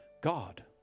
God